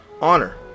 honor